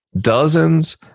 dozens